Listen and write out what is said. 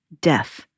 death